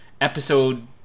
episode